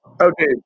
Okay